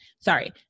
Sorry